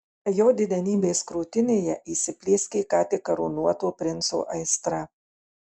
jo didenybės krūtinėje įsiplieskė ką tik karūnuoto princo aistra